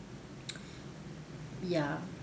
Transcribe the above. ya